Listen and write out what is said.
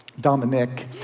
Dominic